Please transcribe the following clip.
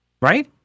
right